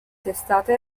testata